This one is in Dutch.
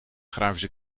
grafische